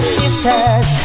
sisters